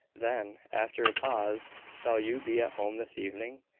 then, after a pause shall you be at home this evening?